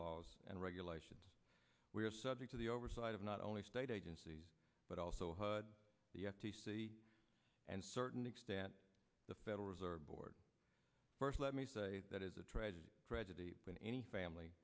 laws and regulations we are subject to the oversight of not only state agencies but also the f t c and certain extent the federal reserve board first let me say that is a tragedy tragedy when any family